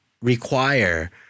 require